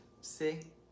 see